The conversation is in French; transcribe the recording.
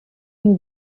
une